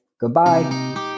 goodbye